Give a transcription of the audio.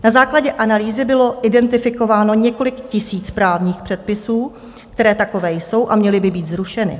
Na základě analýzy bylo identifikováno několik tisíc právních předpisů, které takové jsou a měly by být zrušeny.